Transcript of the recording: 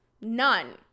None